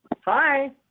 Hi